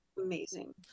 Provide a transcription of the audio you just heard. amazing